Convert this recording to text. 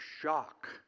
shock